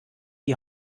die